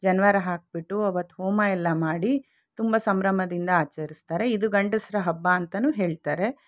ಜನಿವಾರ ಹಾಕ್ಬಿಟ್ಟು ಅವತ್ತು ಹೋಮ ಎಲ್ಲ ಮಾಡಿ ತುಂಬ ಸಂಭ್ರಮದಿಂದ ಆಚರಿಸ್ತಾರೆ ಇದು ಗಂಡಸರ ಹಬ್ಬ ಅಂತಲೂ ಹೇಳ್ತಾರೆ